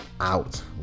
out